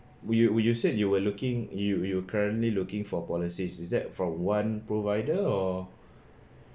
you you said you were looking you you currently looking for policies is that from one provider or